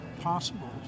possible